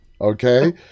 Okay